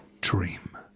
dream